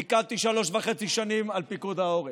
פיקדתי שלוש שנים וחצי על פיקוד העורף.